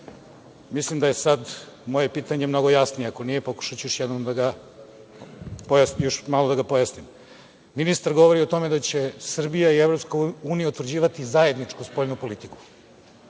da je sada moje pitanje mnogo jasnije, ako nije, pokušaću još malo da ga pojasnim. Ministar govori o tome da će Srbija i EU utvrđivati zajedničku spoljnu politiku.